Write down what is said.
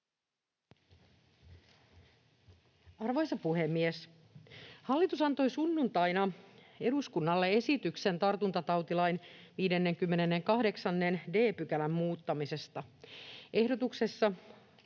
Arvoisa puhemies! Hallitus antoi sunnuntaina eduskunnalle esityksen tartuntatautilain 58 d §:n muuttamisesta. Ehdotuksessa